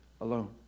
alone